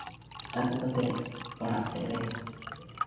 ᱟᱹᱜᱩ ᱠᱟᱛᱮ ᱚᱲᱟᱜ ᱥᱮᱫ ᱨᱮ